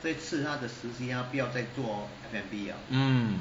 mm